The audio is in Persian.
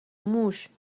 موش